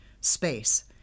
space